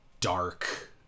dark